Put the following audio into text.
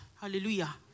Hallelujah